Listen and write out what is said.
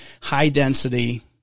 high-density